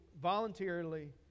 voluntarily